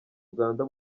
uganda